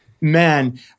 Man